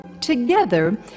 Together